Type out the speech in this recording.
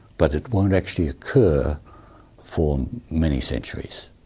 but it won't actually occur for many centuries.